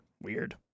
weird